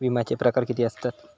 विमाचे प्रकार किती असतत?